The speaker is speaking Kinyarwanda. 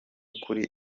ukuri